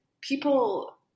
people